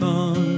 on